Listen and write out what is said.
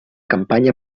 campanya